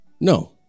No